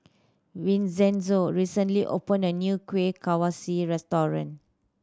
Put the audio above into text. Vincenzo recently opened a new Kuih Kaswi restaurant